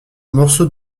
morceau